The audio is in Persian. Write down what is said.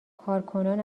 کارکنان